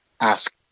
ask